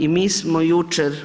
I mi smo jučer